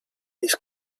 his